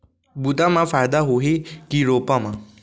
बुता म फायदा होही की रोपा म?